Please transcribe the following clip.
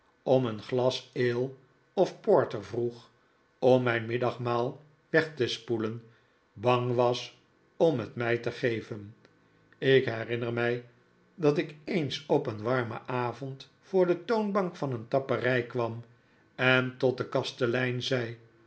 om een glas ale of porter vroeg om mijn middagmaal weg te spoelen bang was om het mij te geven ik herinnet mij dat ik eens op een warmen avond voor de toonbank van een tapperij kwam en tot den kastelein zei